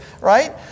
right